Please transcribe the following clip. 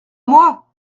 moi